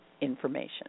information